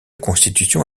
constitution